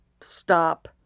stop